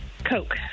Coke